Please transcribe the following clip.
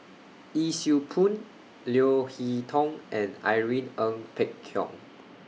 Yee Siew Pun Leo Hee Tong and Irene Ng Phek Hoong